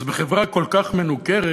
אז בחברה כל כך מנוכרת,